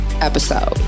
episode